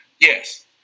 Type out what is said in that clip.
yes